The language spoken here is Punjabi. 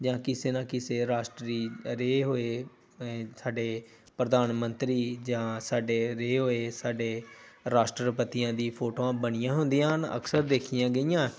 ਜਾਂ ਕਿਸੇ ਨਾ ਕਿਸੇ ਰਾਸ਼ਟਰੀ ਰਹੇ ਹੋਏ ਸਾਡੇ ਪ੍ਰਧਾਨ ਮੰਤਰੀ ਜਾਂ ਸਾਡੇ ਰਹੇ ਹੋਏ ਸਾਡੇ ਰਾਸ਼ਟਰਪਤੀਆਂ ਦੀ ਫੋਟੋਆਂ ਬਣੀਆਂ ਹੁੰਦੀਆਂ ਹਨ ਅਕਸਰ ਦੇਖੀਆਂ ਗਈਆਂ